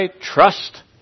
trust